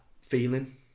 feeling